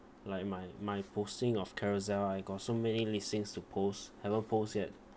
like my my posting of Carousell I got so many listings to post haven't post yet